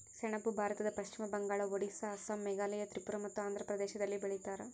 ಸೆಣಬು ಭಾರತದ ಪಶ್ಚಿಮ ಬಂಗಾಳ ಒಡಿಸ್ಸಾ ಅಸ್ಸಾಂ ಮೇಘಾಲಯ ತ್ರಿಪುರ ಮತ್ತು ಆಂಧ್ರ ಪ್ರದೇಶದಲ್ಲಿ ಬೆಳೀತಾರ